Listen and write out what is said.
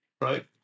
Right